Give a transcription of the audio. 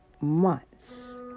months